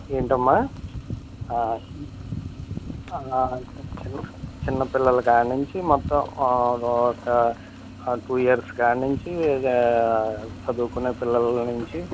ఏంటమ్మా చిన్న చిన్న పిల్లల కాడ నుంచి మొత్తం ఒక టూ ఇయర్స్ కాడ నుంచి చదువుకునే పిల్లల నుంచి